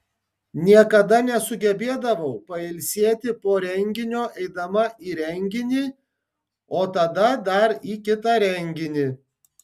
niekada nesugebėdavau pailsėti po renginio eidama į renginį o tada dar į kitą renginį